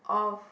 of